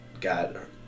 got